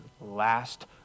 last